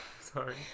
Sorry